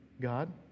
God